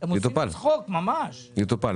יטופל.